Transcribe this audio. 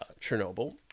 Chernobyl